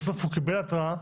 קיבל התראה,